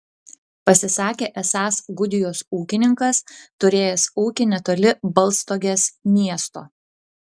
pasisakė esąs gudijos ūkininkas turėjęs ūkį netoli baltstogės miesto